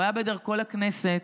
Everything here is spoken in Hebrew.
הוא היה בדרכו לכנסת,